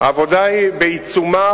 העבודה היא בעיצומה,